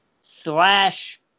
slash